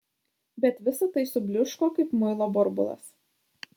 bet visa tai subliūško kaip muilo burbulas